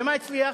במה הצליח?